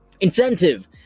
Incentive